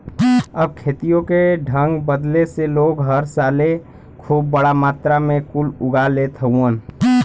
अब खेतियों के ढंग बदले से लोग हर साले खूब बड़ा मात्रा मे कुल उगा लेत हउवन